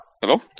hello